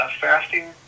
fasting